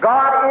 God